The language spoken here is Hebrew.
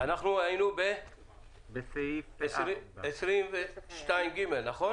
אנחנו היינו בסעיף 4 להצעת החוק.